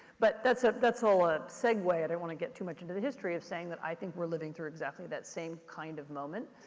but that's ah that's all a segue. i didn't want to get too much into the history of saying i think we're living through exactly that same kind of moment.